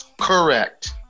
Correct